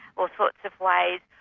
all sorts of ways.